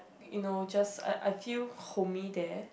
you know just I I feel homey there